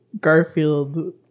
garfield